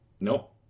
Nope